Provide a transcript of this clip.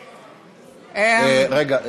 רגע,